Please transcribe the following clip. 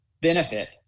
benefit